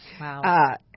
Wow